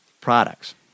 products